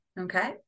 Okay